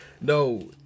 no